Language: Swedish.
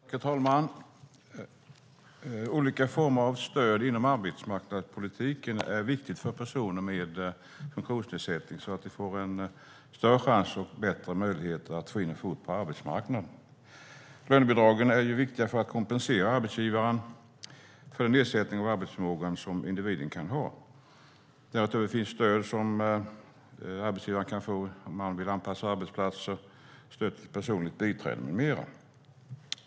Herr talman! Olika former av stöd inom arbetsmarknadspolitiken är viktiga för att personer med funktionsnedsättning ska få en större chans och bättre möjligheter att få in en fot på arbetsmarknaden. Lönebidragen är viktiga för att kompensera arbetsgivaren för den nedsättning av arbetsförmågan som individen kan ha. Det finns stöd som arbetsgivaren kan få för att anpassa arbetsplatser, stöd till personligt biträde med mera.